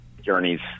journeys